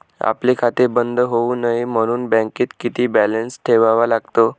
आपले खाते बंद होऊ नये म्हणून बँकेत किती बॅलन्स ठेवावा लागतो?